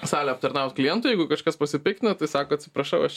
salę aptarnaut klientui jeigu kažkas pasipiktina tai sako atsiprašau aš